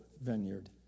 vineyard